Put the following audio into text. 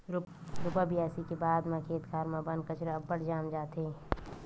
रोपा बियासी के बाद म खेत खार म बन कचरा अब्बड़ जाम जाथे